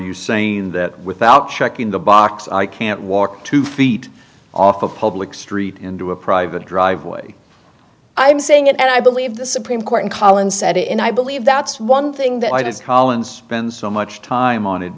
you saying that without checking the box i can't walk two feet off a public street into a private driveway i'm saying it and i believe the supreme court in collins said it and i believe that's one thing that i does collins's spend so much time on it